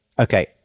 Okay